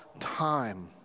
time